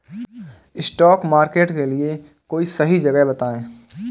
spot market के लिए कोई सही जगह बताएं